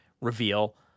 reveal